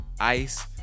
Ice